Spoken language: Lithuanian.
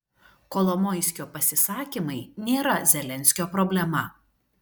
kolomoiskio pasisakymai nėra zelenskio problema